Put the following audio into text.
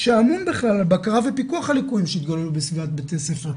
שאמון בכלל על בקרה ופיקוח הליקויים שהתגלו בסביבת בתי הספר,